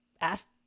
asked